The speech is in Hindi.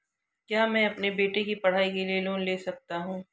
क्या मैं अपने बेटे की पढ़ाई के लिए लोंन ले सकता हूं?